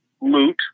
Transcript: loot